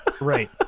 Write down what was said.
right